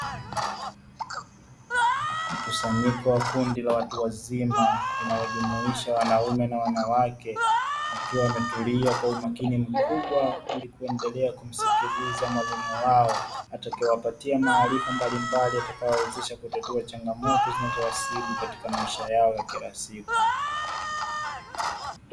Mkusanyiko wa kundi la watu wazima linjumuisha wanaume na wanawake wakiwa wametulia kwa umakini mkubwa. Ili kuendelea kumsikiliza mwalimu wao atakayewapatia maarifa mbalimbali, atakayewezesha kutatua changamoto zinazowasibu katika maisha yao ya kila siku.